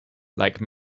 like